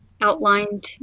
outlined